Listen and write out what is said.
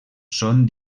són